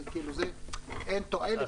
אין תועלת כלכלית.